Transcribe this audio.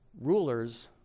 Rulers